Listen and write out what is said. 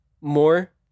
more